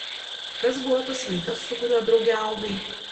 kas buvo tas vaikas su kuriuo drauge augai